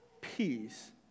peace